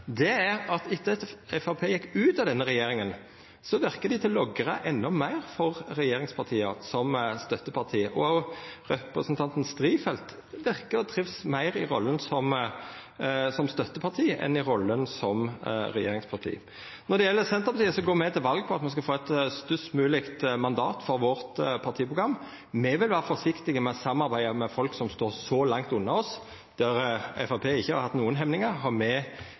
er at etter at Framstegspartiet gjekk ut av denne regjeringa, verkar dei å logra endå meir for regjeringspartia som støtteparti. Òg representanten Strifeldt verkar å trivast meir i rolla som støtteparti enn i rolla som regjeringsparti. Når det gjeld Senterpartiet, går me til val på at me skal få eit størst mogleg mandat for vårt partiprogram. Me vil vera forsiktige med å samarbeida med folk som står så langt unna oss. Der Framstegspartiet ikkje har hatt nokre hemningar, er me